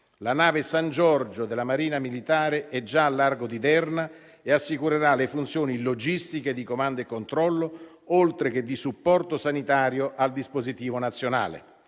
La nave San Giorgio della Marina militare è già al largo di Derna e assicurerà le funzioni logistiche di comando e controllo, oltre che di supporto sanitario al dispositivo nazionale.